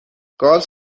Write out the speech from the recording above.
گاز